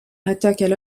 attaquent